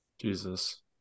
jesus